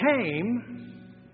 came